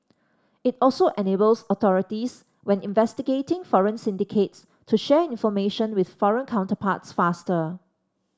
it also enables authorities when investigating foreign syndicates to share information with foreign counterparts faster